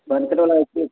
बनकट बला की